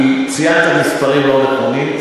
כי ציינת מספרים לא נכונים,